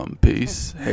Peace